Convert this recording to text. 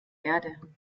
erde